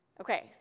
Okay